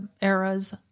eras